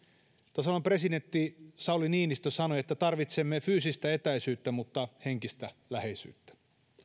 tasavallan presidentti sauli niinistö sanoi että tarvitsemme fyysistä etäisyyttä mutta henkistä läheisyyttä